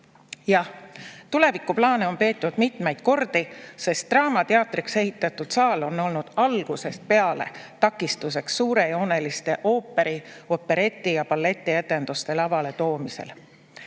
Jah, tulevikuplaane on peetud mitmeid kordi, sest draamateatriks ehitatud saal on olnud algusest peale takistuseks suurejooneliste ooperi‑, opereti‑ ja balletietenduste lavale toomisel.